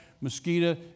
mosquito